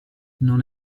non